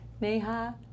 Neha